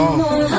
more